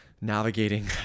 navigating